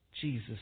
Jesus